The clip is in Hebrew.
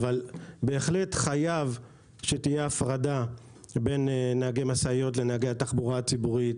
אבל בהחלט חייבת שתהיה הפרדה בין נהגי המשאיות לנהגי התחבורה הציבורית.